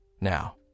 Now